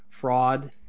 fraud